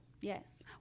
Yes